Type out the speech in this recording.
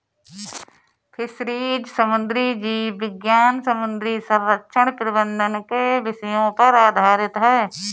fisheries समुद्री जीव विज्ञान समुद्री संरक्षण प्रबंधन के विषयों पर आधारित है